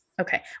Okay